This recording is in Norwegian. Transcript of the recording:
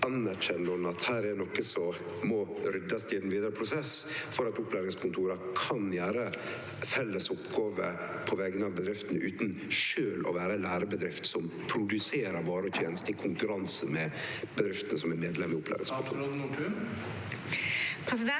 Anerkjenner ho at dette er noko som må ryddast i i ein vidare prosess, for at opplæringskontora kan gjere felles oppgåver på vegner av bedriftene utan sjølv å vere ei lærebedrift som produserer varer og tenester i konkurranse med bedriftene som er medlem i opplæringskontor?